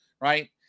right